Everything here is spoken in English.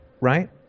Right